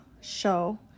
show